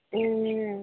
ए